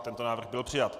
Tento návrh byl přijat.